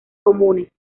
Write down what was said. comunes